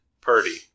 Purdy